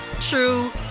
true